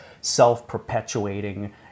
self-perpetuating